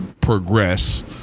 progress